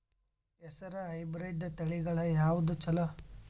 ಹೆಸರ ಹೈಬ್ರಿಡ್ ತಳಿಗಳ ಯಾವದು ಚಲೋ?